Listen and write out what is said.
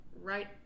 right